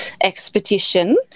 expedition